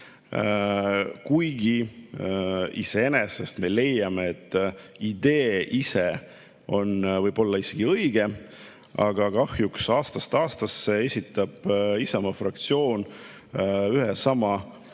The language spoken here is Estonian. Kuigi iseenesest me leiame, et idee on võib-olla isegi õige, aga kahjuks aastast aastasse esitab Isamaa fraktsioon põhimõtteliselt